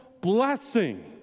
blessing